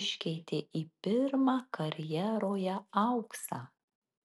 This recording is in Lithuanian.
iškeitė į pirmą karjeroje auksą